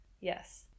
Yes